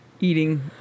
Eating